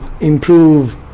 improve